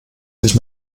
sich